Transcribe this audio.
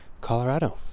Colorado